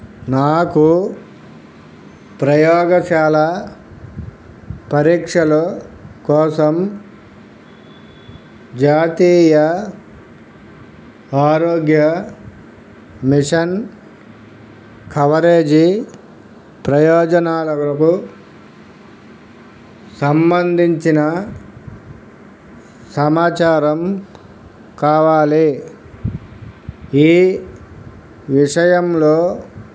నాకు ప్రయోగశాల పరీక్షలు కోసం జాతీయ ఆరోగ్య మిషన్ కవరేజ్ ప్రయోజనాలకు సంబంధించిన సమాచారం కావాలి ఈ విషయంలో